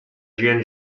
jean